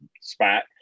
spot